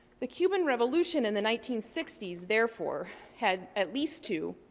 the cuban revolution in the nineteen sixty s, therefore, had at least two,